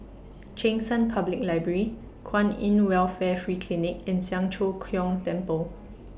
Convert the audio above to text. Cheng San Public Library Kwan in Welfare Free Clinic and Siang Cho Keong Temple